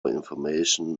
information